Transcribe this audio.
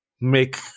make